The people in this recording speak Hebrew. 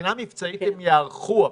מבחינה מבצעית הם ייערכו.